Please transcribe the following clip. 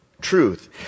truth